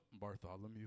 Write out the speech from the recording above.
Bartholomew